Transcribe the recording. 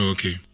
Okay